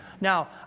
Now